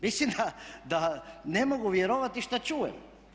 Mislim da ne mogu vjerovati šta čujem.